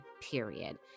period